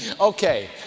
Okay